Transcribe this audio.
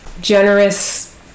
generous